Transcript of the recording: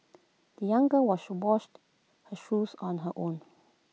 the young girl washed washed her shoes on her own